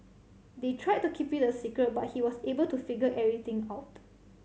they tried to keep it a secret but he was able to figure everything out